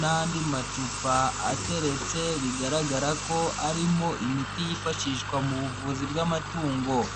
n'andi macupa ateretse bigaragara ko arimo imiti yifashishwa mu buvuzi bw'amatungo.